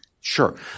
Sure